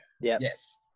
Yes